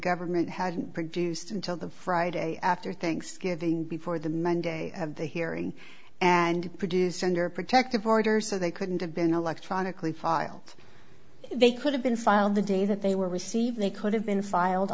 government had produced until the friday after thanksgiving before the monday of the hearing and produced under a protective order so they couldn't have been electronically filed they could have been filed the day that they were received they could have been filed